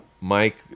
Mike